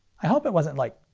i hope it wasn't, like,